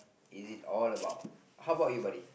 is it all about how about you buddy